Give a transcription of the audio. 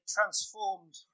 transformed